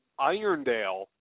Irondale